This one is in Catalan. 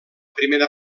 primera